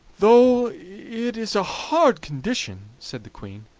though it is a hard condition said the queen,